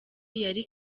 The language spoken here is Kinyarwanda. yari